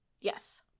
Yes